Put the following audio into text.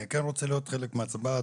אני כן רוצה להיות חלק מההצבעה.